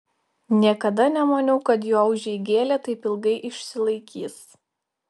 niekada nemaniau kad jo užeigėlė taip ilgai išsilaikys